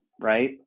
right